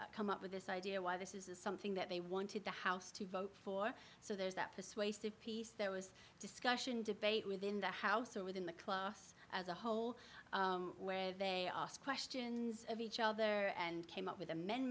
come up with this idea why this is something that they wanted the house to vote for so there's that persuasive piece there was discussion debate within the house or within the class as a whole where they ask questions of each other and came up with